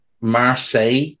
Marseille